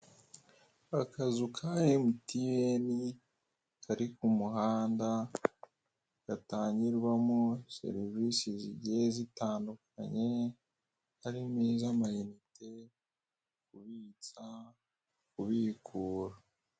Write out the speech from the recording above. Akazu ka mtn kari ku muhanda gatangirwamo serivise zigiye zitandukanye harimo iz'amayinite ,kubitsa , kubikura .